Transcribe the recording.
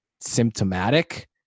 symptomatic